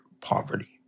poverty